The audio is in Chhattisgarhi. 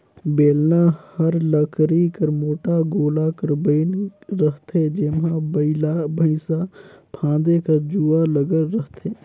बेलना हर लकरी कर मोट गोला कर बइन रहथे जेम्हा बइला भइसा फादे कर जुवा लगल रहथे